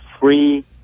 free